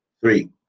three